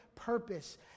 purpose